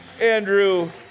Andrew